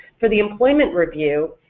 for the employment review,